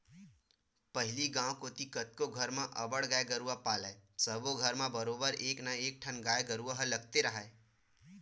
पहिली गांव कोती कतको घर म अब्बड़ गाय गरूवा पालय सब्बो घर म बरोबर एक ना एकठन गाय गरुवा ह लगते राहय